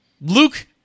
Luke